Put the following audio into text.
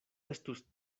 estus